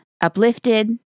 uplifted